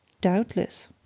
Doubtless